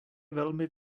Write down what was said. velmi